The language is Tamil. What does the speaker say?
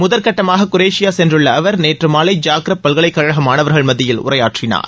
முதல் கட்டமாக குரேஷியா சென்றுள்ள அவர் நேற்று மாலை ஜாக்ரப் பல்கலைக்கழக மாணவர்கள் மத்தியில் உரையாற்றினார்